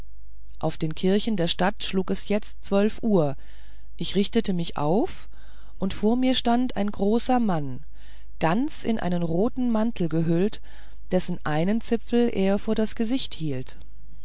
auf den kirchen der stadt schlug es jetzt zwölf uhr ich richtete mich auf und vor mir stand ein großer mann ganz in einen roten mantel gehüllt dessen einen zipfel er vor das gesicht hielt